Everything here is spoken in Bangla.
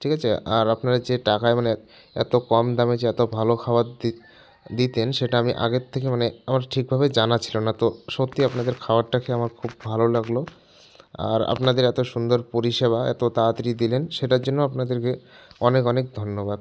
ঠিক আছে আর আপনারা যে টাকায় মানে এত কম দামে যে এত ভালো খাবার দিতেন সেটা আমি আগের থেকে মানে আমার ঠিকভাবে জানা ছিল না তো সত্যি আপনাদের খাওয়ারটা খেয়ে আমার খুব ভালো লাগল আর আপনাদের এত সুন্দর পরিষেবা এত তাড়াতাড়ি দিলেন সেটার জন্য আপনাদেরকে অনেক অনেক ধন্যবাদ